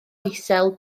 isel